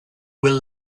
will